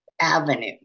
avenue